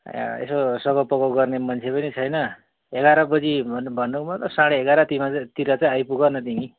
यसो सघाव पकाउ गर्ने मान्छे पनि छैन एघार बजी भन्नुको मतलब साढे एघार जतिमा तिर चाहिँ आइपुग न तिमी